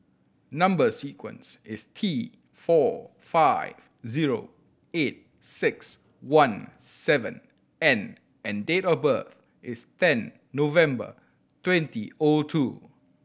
number sequence is T four five zero eight six one seven N and date of birth is ten November twenty O two